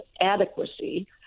adequacy